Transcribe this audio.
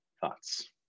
thoughts